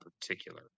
particular